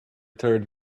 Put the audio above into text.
third